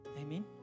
Amen